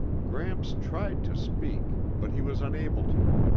gramps tried to speak, but he was unable to,